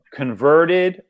converted